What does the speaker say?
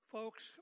Folks